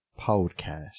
podcast